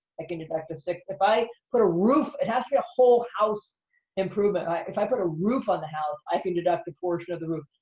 i can deduct a sixth. if i put a roof, it has to be a whole house improvement. if i put a roof on the house, i can deduct a portion of the roof.